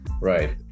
right